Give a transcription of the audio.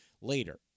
later